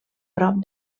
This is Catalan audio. prop